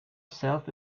self